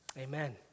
Amen